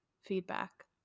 feedback